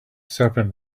serpent